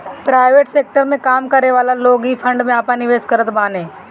private sector में काम करेवाला लोग इ फंड में आपन निवेश करत बाने